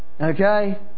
Okay